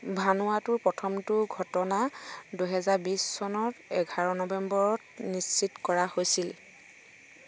ভানুৱাটুৰ প্ৰথমটো ঘটনা দুহেজাৰ বিছ চনত এঘাৰ নৱেম্বৰত নিশ্চিত কৰা হৈছিল